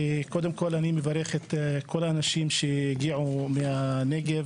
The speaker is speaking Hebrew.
קודם כל אני מברך את כל האנשים שהגיעו מהנגב,